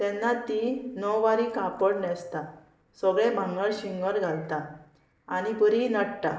तेन्ना ती णववारी कापड न्हेसता सगळें भांगर शिंगर घालता आनी बरी नडटा